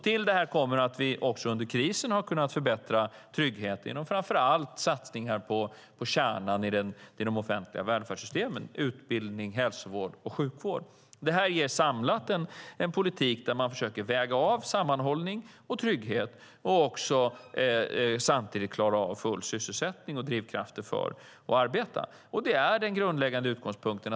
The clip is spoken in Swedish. Till det kommer att vi även under krisen har kunnat förbättra trygghet genom framför allt satsningar på kärnan i de offentliga välfärdssystemen - utbildning, hälsovård och sjukvård. Det här ger samlat en politik där man försöker väga av sammanhållning och trygghet och samtidigt klarar av full sysselsättning och drivkrafter för att arbeta. Det är den grundläggande utgångspunkten.